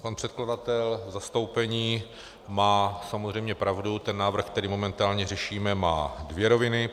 Pan předkladatel v zastoupení má samozřejmě pravdu, ten návrh, který momentálně řešíme, má dvě roviny.